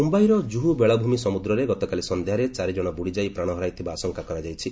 Juhu beach ମୁମ୍ବାଇର କୁହୁ ବେଳାଭୂମି ସମୁଦ୍ରରେ ଗତକାଲି ସନ୍ଧ୍ୟାରେ ଚାରିଜଣ ବୁଡ଼ିଯାଇ ପ୍ରାଣ ହରାଇଥିବା ଆଶଙ୍କା କରାଯାଇଛି